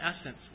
essence